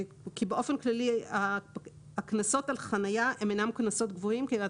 באופן כללי הקנסות על חניה הם אינם קנסות גבוהים כי את